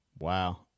Wow